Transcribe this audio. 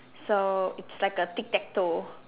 so it's like a tic tac toe